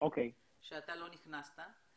שאתה לא נכנסת.